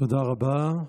תודה רבה.